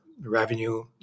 revenue